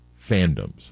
fandoms